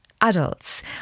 adults